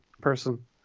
person